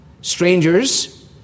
strangers